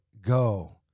go